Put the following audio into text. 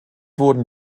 wurden